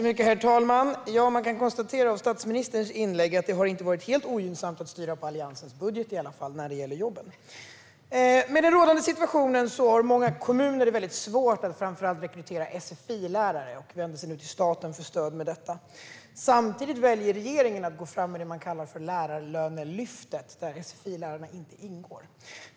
Herr talman! Man kan konstatera av statsministerns inlägg att när det gäller jobben har det inte varit helt ointressant att styra på Alliansens budget. Med den rådande situationen har många kommuner väldigt svårt att rekrytera framför allt sfi-lärare, och man vänder sig nu till staten för att få stöd i detta. Samtidigt väljer regeringen att gå fram med det som kallas för lärarlönelyftet där sfi-lärarna inte ingår.